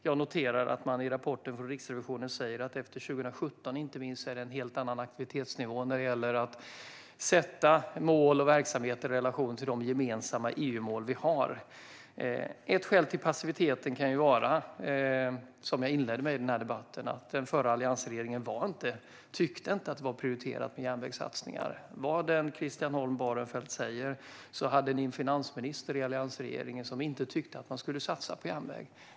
Jag noterar att Riksrevisionen i rapporten säger att det efter 2017, inte minst, är en helt annan aktivitetsnivå när det gäller att sätta mål och verksamheter i relation till de gemensamma EU-mål som vi har. Ett skäl till passiviteten kan vara, som jag inledde denna debatt med, att den förra alliansregeringen inte tyckte att det var prioriterat med järnvägssatsningar. Vad än Christian Holm Barenfeld säger hade ni en finansminister i alliansregeringen som inte tyckte att man skulle satsa på järnväg.